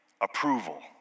Approval